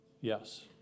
Yes